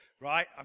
Right